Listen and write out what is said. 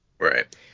Right